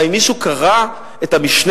האם מישהו קרא את המשנה